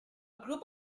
group